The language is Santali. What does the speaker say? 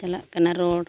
ᱪᱟᱞᱟᱜ ᱠᱟᱱᱟ ᱨᱚᱲ